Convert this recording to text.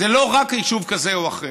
זה לא רק יישוב כזה או אחר.